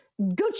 Gucci